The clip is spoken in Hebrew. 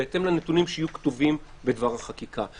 בהתאם לנתונים שיהיו כתובים בדבר החקיקה.